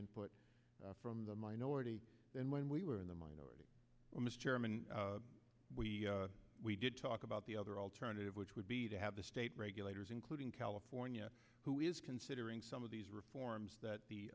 input from the minority and when we were in the minority chairman we we did talk about the other alternative which would be to have the state regulators including california who is considering some of these reforms that the